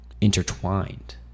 intertwined